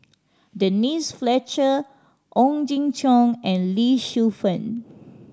Denise Fletcher Ong Jin Chong and Lee Shu Fen